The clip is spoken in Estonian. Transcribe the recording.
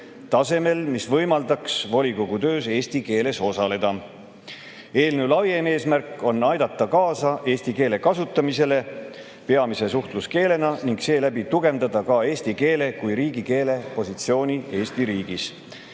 tasemel, mis võimaldaks volikogu töös eesti keeles osaleda. Eelnõu laiem eesmärk on aidata kaasa eesti keele kasutamisele peamise suhtluskeelena ning selle abil ka tugevdada eesti keele kui riigikeele positsiooni Eesti riigis.